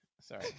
Sorry